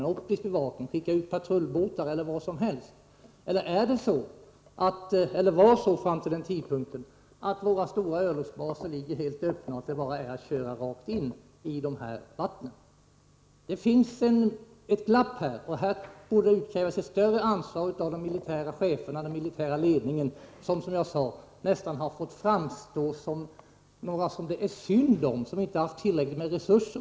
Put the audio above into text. Man skulle väl ha haft optisk bevakning, man skulle väl ha skickat ut patrullbåtar e. d. Eller var det så fram till denna tidpunkt att våra stora örlogsbaser låg helt öppna och att det bara var att köra rakt in i de här vattnen? Det finns ett glapp här, och det borde utkrävas ett större ansvar av den militära ledningen, av de militära cheferna, vilka — som jag sade — nästan fått framstå som några som det är synd om, som inte haft tillräckligt med resurser etc.